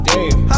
Dave